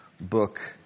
book